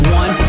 one